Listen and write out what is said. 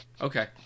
Okay